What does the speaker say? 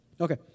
Okay